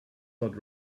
not